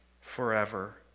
forever